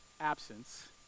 absence